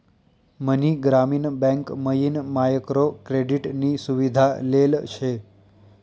मनी Grameen bank मयीन micro credit नी सुविधा लेल शे